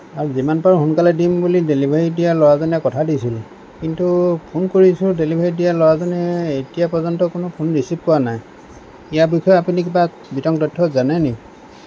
আৰু যিমান পাৰোঁ সোনকালে দিম বুলি ডেলিভাৰী দিয়া ল'ৰাজনে কথা দিছিল কিন্তু ফোন কৰিছোঁ ডেলিভাৰী দিয়া ল'ৰাজনে এতিয়া পৰ্য্যন্ত কোনো ফোন ৰিচিভ কৰা নাই ইয়াৰ বিষয়ে আপুনি কিবা বিতং তথ্য জানে নি